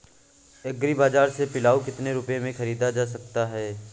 Agree बाजार से पिलाऊ कितनी रुपये में ख़रीदा जा सकता है?